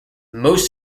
most